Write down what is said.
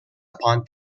upon